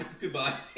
Goodbye